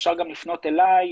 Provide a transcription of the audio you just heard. אפשר גם לפנות אליי,